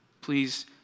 Please